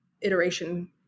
iteration